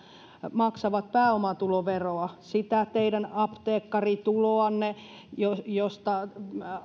maksavat pääomatuloveroa sitä teidän apteekkarituloanne josta josta